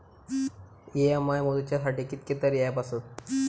EMI मोजुच्यासाठी कितकेतरी app आसत